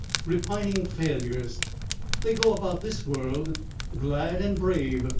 repining failures they go about this world glad and brave,